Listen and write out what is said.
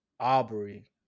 Aubrey